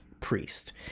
priest